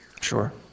Sure